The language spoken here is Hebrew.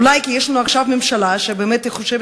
אולי כי יש לנו עכשיו ממשלה שבאמת חושבת